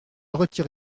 retire